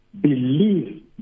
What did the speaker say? believe